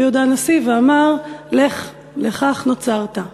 רבי יהודה הנשיא, ואמר: לך, לכך נוצרת.